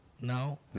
now